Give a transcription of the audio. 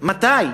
מתי,